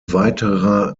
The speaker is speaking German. weiterer